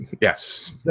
Yes